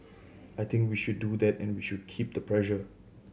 I think we should do that and we should keep the pressure